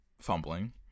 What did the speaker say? fumbling